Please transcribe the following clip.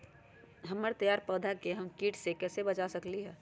हमर तैयार पौधा के हम किट से कैसे बचा सकलि ह?